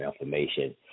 information